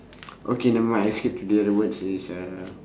okay never mind I skip to the another word is uh